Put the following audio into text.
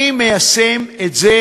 אני מיישם את זה,